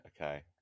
okay